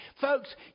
Folks